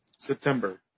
September